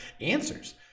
answers